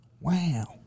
Wow